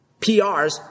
PRs